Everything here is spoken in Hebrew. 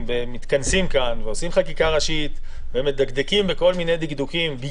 להתכנס כאן ולעשות חקיקה ראשית ולדקדק בכל מיני דקדוקים,